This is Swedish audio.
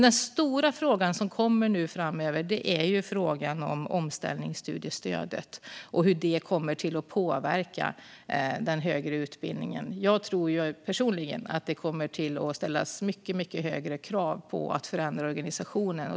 Den stora frågan som kommer framöver är frågan om omställningsstudiestödet och hur det kommer att påverka den högre utbildningen. Jag tror personligen att det kommer att ställas mycket högre krav på att förändra organisationen.